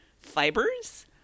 fibers